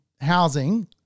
housing